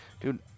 Dude